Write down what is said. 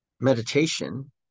meditation